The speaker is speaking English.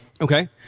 Okay